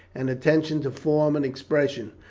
and attention to form and expression,